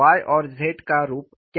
Y और Z का रूप क्या है